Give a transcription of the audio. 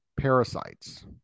parasites